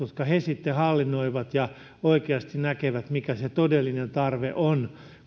he sitten hallinnoivat ja oikeasti näkevät mikä se todellinen tarve on